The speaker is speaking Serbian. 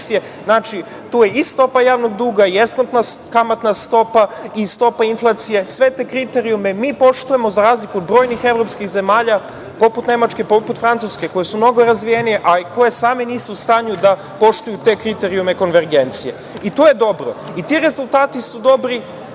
tu i stopa javnog duga i eskortna kamatna stopa i stopa inflacije. Sve te kriterijume mi poštujemo, za razliku od brojnih evropskih zemalja, poput Nemačke, poput Francuske koje su mnogo razvijenije, ali koje same nisu u stanju da poštuju te kriterijume konvergencije. To je dobro i ti rezultati su dobri.